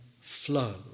flow